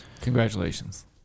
Congratulations